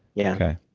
yeah okay.